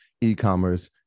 e-commerce